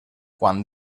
quan